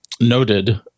noted